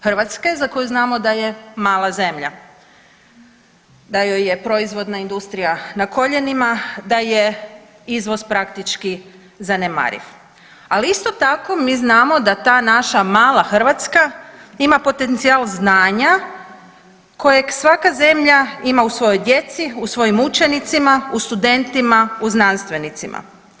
Hrvatske za koju znamo da je mala zemlja, da joj je proizvodna industrija na koljenima, da je izvoz praktički zanemariv, ali isto tako mi znamo da ta naša mala Hrvatska ima potencijal znanja kojeg svaka zemlja ima u svojoj djeci, u svojim učenicima, u studentima, u znanstvenicima.